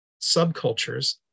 subcultures